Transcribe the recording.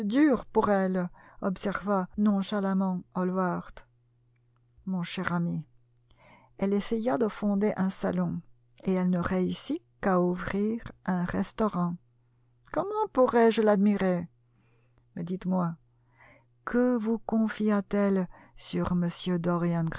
dur pour elle observa nonchalamment hallward mon cher ami elle essaya de fonder un salon et elle ne réussit qu'à ouvrir un restaurant gomment pourrais-je l'admirer p mais dites-moi que vous confia t elle sur